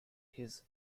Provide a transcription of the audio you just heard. his